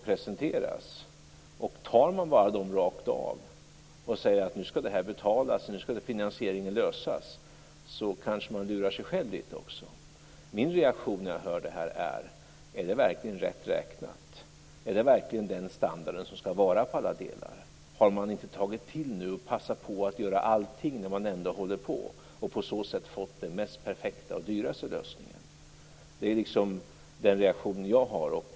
Accepterar man dem rakt av och säger att de skall betalas och att finansieringen skall lösas lurar man kanske också sig själv lite grann. När jag hör det här blir min reaktion att jag undrar om det här verkligen är rätt räknat. Är det verkligen den standard som det skall vara på alla delar? Har man inte tagit till nu och passat på att göra allt när man ändå håller på och på så sätt fått den mest perfekta och dyraste lösningen? Det är den reaktion som jag har.